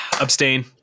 abstain